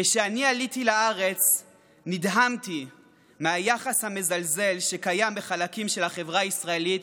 כשאני עליתי לארץ נדהמתי מהיחס המזלזל שקיים בחלקים של החברה הישראלית